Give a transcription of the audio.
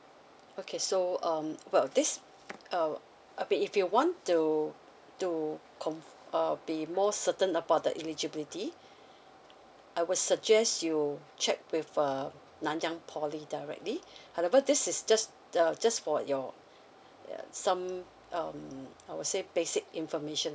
okay so um well this uh I mean if you want to to conf~ uh be more certain about the eligibility I would suggest you check with uh nanyang poly directly however this is just uh just for your uh some um I would say basic information